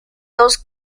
dos